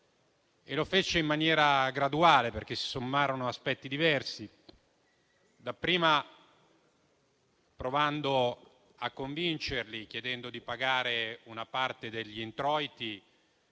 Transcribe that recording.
Lo fece in maniera graduale, perché si sommarono aspetti diversi: dapprima, provando a convincerli, chiedendo di pagare una parte degli introiti;